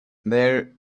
there